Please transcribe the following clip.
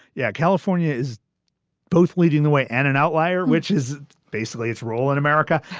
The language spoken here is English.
yeah, california is both leading the way and an outlier, which is basically its role in america